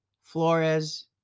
Flores